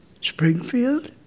Springfield